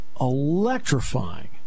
electrifying